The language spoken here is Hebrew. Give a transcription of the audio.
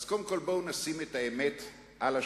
קודם כול, בואו נשים את האמת על השולחן: